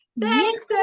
Thanks